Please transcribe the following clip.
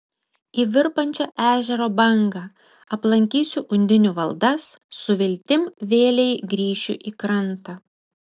į virpančią ežero bangą aplankysiu undinių valdas su viltim vėlei grįšiu į krantą